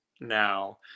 now